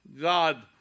God